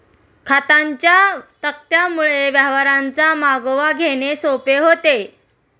खात्यांच्या तक्त्यांमुळे व्यवहारांचा मागोवा घेणे सोपे होते